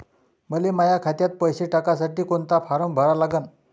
मले माह्या खात्यात पैसे टाकासाठी कोंता फारम भरा लागन?